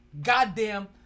goddamn